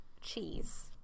Cheese